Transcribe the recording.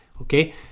Okay